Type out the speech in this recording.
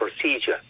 procedure